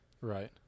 right